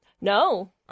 No